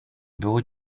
było